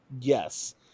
Yes